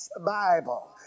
Bible